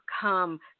come